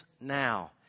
now